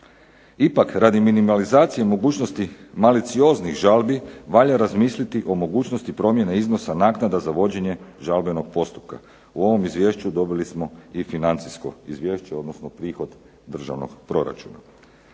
Ipak radi minimalizacije mogućnosti malicioznih žalbi valja razmisliti o mogućnosti promjene iznosa naknada za vođenje žalbenog postupka. U ovom Izvješću dobili smo i financijsko izvješće, odnosno prihod državnog proračuna.